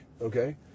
okay